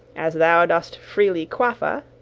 as thou dost freely quaff-a,